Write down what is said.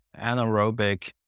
anaerobic